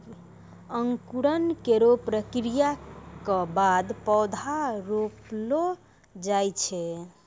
अंकुरन केरो प्रक्रिया क बाद पौधा रोपलो जाय छै